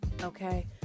okay